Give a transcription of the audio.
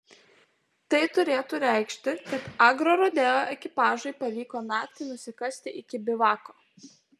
tai turėtų reikšti kad agrorodeo ekipažui pavyko naktį nusikasti iki bivako